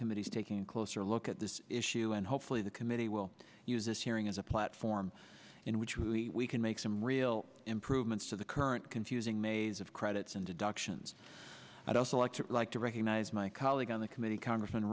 subcommittee is taking a closer look at this issue and hopefully the committee will use this hearing as a platform in which we can make some real improvements to the current confusing maze of credits and deductions i'd also like to like to recognize my colleague on the committee congressm